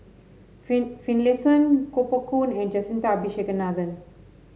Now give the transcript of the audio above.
Finlayson Koh Poh Koon and Jacintha Abisheganaden